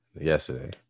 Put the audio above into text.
yesterday